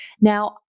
Now